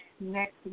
next